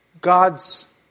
God's